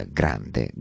grande